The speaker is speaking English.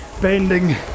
bending